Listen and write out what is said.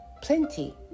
plenty